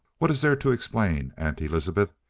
what is there to explain, aunt elizabeth?